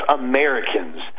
americans